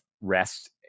rest